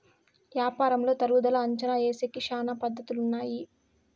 యాపారంలో తరుగుదల అంచనా ఏసేకి శ్యానా పద్ధతులు ఉన్నాయి